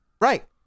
Right